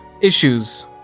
issues